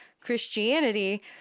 Christianity